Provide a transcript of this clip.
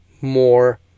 more